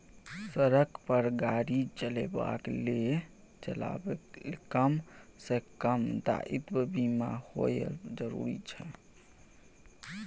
सड़क पर गाड़ी चलेबाक लेल कम सँ कम दायित्व बीमा होएब जरुरी छै